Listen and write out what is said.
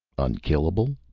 unkillable?